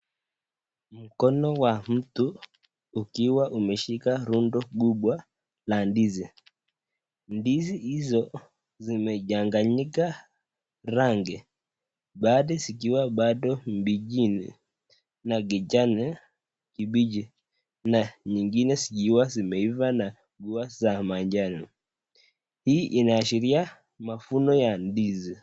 Mkono wa mtu ukiwa umeshika rundo kubwa la ndizi ndizi hizo zimechanganyika rangi baadhi zikiwa bado mbichi na kijani kibichi na nyingine zikiwa zimeiva na kuwa za manjano hii inaashiria mavuno ya ndizi.